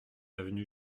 avenue